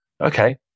Okay